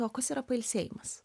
o kas yra pailsėjimas